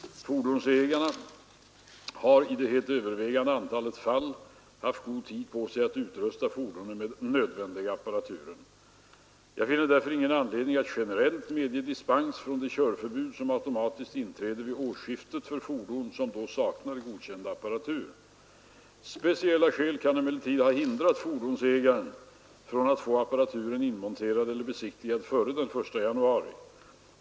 Fordonsägarna har i det helt övervägande antalet fall haft god tid på sig att utrusta fordonen med den nödvändiga apparaturen. Jag finner därför ingen anledning att generellt medge dispens från det körförbud som automatiskt inträder vid årsskiftet för fordon som då saknar godkänd apparatur. Speciella skäl kan emellertid ha hindrat fordonsägaren från att få apparaturen inmonterad eller besiktigad före den 1 januari.